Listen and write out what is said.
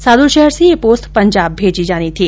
साद्रलशहर से यह पोस्त पंजाब भेजी जानी थी